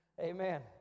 Amen